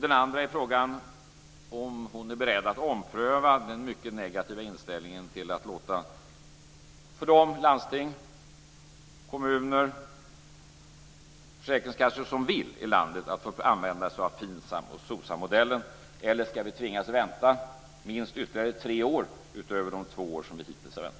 Den andra är frågan om hon är beredd att ompröva den mycket negativa inställningen till att låta de landsting, kommuner och försäkringskassor i landet som vill använda sig av FINSAM och SOCSAM modellerna få göra det. Eller ska vi tvingas vänta minst ytterligare tre år utöver de två år som vi hittills har väntat?